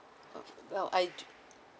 well I'd